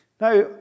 Now